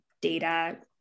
data